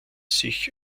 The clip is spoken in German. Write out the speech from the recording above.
sich